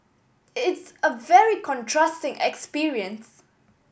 it's a very contrasting experience